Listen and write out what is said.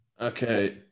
Okay